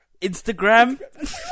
Instagram